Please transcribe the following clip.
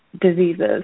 diseases